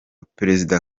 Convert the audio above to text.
perezida